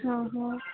हाँ हाँ